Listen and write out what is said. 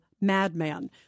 madman